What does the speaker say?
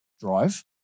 drive